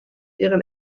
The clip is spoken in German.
ihren